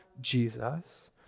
Jesus